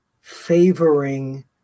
favoring